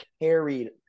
carried